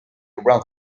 around